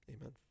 Amen